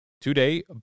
Today